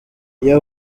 iyo